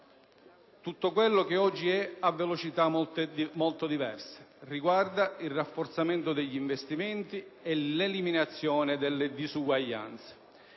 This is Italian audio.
con l'Europa, che oggi è a velocità molto diverse; riguarda il rafforzamento degli investimenti e l'eliminazione delle disuguaglianze.